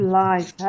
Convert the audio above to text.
life